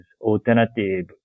alternative